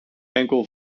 enkel